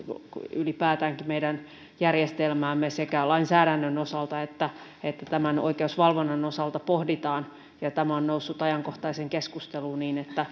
ylipäätäänkin meidän järjestelmäämme sekä lainsäädännön osalta että että oikeusvalvonnan osalta pohditaan ja tämä on noussut ajankohtaiseen keskusteluun niin